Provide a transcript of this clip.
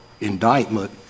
indictment